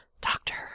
doctor